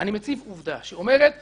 התקשי"ר הזה חל עליכם, כעובדי מדינה.